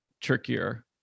trickier